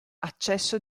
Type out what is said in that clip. accesso